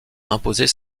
imposer